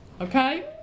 Okay